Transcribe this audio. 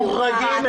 הם מוחרגים.